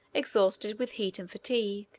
exhausted with heat and fatigue,